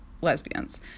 lesbians